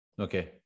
Okay